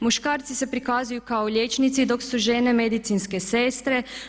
Muškarci se prikazuju kao liječnici dok su žene medicinske sestre.